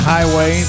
Highway